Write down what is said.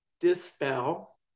dispel